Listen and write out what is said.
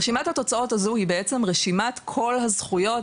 רשימת התוצאות הזו היא בעצם רשימת כל הזכויות,